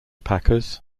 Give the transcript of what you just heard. packers